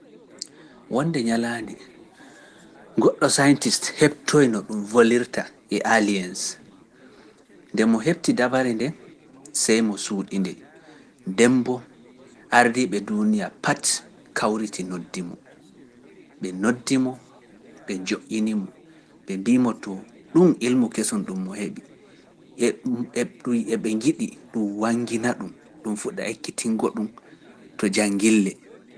Wonde ñalaande, goɗɗo scientist heɓtoyno ɗum volirta e Aliens, nde mo heɓti dabare nde, sey mo suuɗi nde, demmboo ardiiɓe duuniya pati kawriti noddi mo, ɓe noddi mo, ɓe joƴƴini mo, ɓe mbi mo to ɗum ilmu keso ɗum mo heɓi, eɓe njiɗi ɗum wangina ɗum, ɗum fuɗa ekkitingo ɗum to jangille.